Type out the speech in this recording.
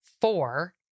four